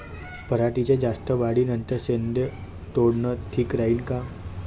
पराटीच्या जास्त वाढी नंतर शेंडे तोडनं ठीक राहीन का?